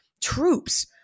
troops